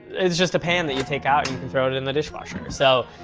it's just a pan that you take out, you can throw it it in the dishwasher. so,